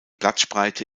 blattspreite